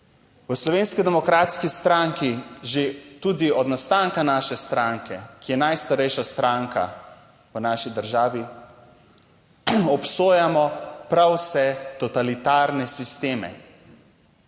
V Slovenski demokratski stranki že tudi od nastanka naše stranke, ki je najstarejša stranka v naši državi, obsojamo prav vse totalitarne sisteme,